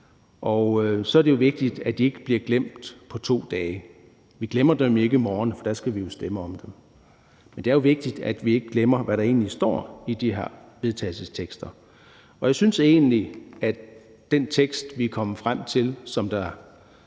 Og så er det jo vigtigt, at de ikke bliver glemt på 2 dage. Vi glemmer dem ikke i morgen, for der skal vi stemme om dem. Men det er jo vigtigt, at vi ikke glemmer, hvad der egentlig står i de her vedtagelsestekster, og i år er der et flertal for en